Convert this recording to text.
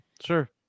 sure